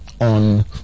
on